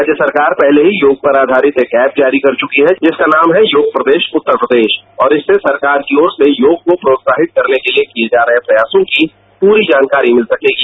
राज्य सरकार पहले ही योग पर आधारित एक ऐप जारी कर चुकी है जिसका नाम है योग प्रदेष उत्तर प्रदेष और इससे सरकार की ओर से योग को प्रोत्साहित करने के लिए किए जा रहे प्रयासों की पूरी जानकारी मिल सकेगी